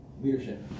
Leadership